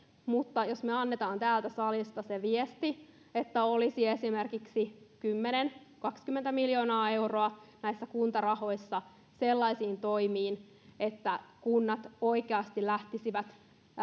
mutta jos me annamme täältä salista sen viestin että olisi esimerkiksi kymmenen tai kaksikymmentä miljoonaa euroa näissä kuntarahoissa sellaisiin toimiin että kunnat oikeasti lähtisivät